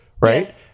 Right